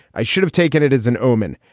i should have taken it as an omen.